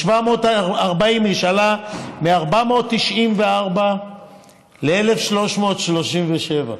ל-740 איש עלה מ-494 שקלים ל-1,337,